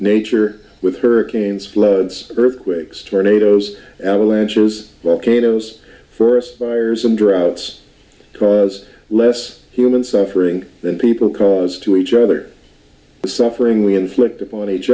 nature with hurricanes floods earthquakes tornadoes avalanches well cato's for aspires and droughts cause less human suffering than people caused to each other the suffering we inflict upon each